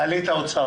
תעלי את האוצר.